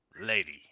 lady